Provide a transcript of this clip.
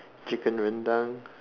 chicken rendang